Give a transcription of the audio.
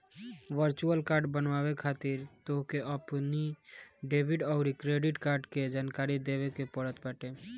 virtual card बनवावे खातिर तोहके अपनी डेबिट अउरी क्रेडिट कार्ड के जानकारी देवे के पड़त बाटे